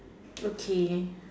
okay